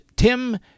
Tim